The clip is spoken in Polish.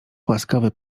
łaskawy